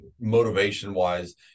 motivation-wise